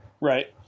Right